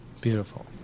Beautiful